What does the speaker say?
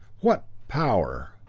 what power!